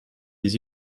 des